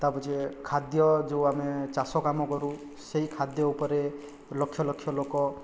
ତା' ପଛେ ଖାଦ୍ୟ ଯେଉଁ ଆମେ ଚାଷକାମ କରୁ ସେଇ ଖାଦ୍ୟ ଉପରେ ଲକ୍ଷ ଲକ୍ଷ ଲୋକ